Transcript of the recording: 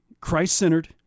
Christ-centered